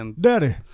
Daddy